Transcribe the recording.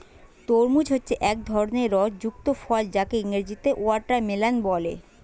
তরমুজ হচ্ছে এক ধরনের রস যুক্ত ফল যাকে ইংরেজিতে ওয়াটারমেলান বলে